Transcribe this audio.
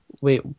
wait